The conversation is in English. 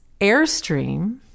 Airstream